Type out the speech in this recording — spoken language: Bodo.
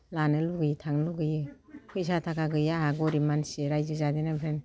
लानो लुबैयो थांनो लुबैयो फैसा थाखा गैयै आंहो गरिब मानसि रायजो जाजेननायनिफ्रायनो